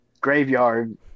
graveyard